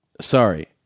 Sorry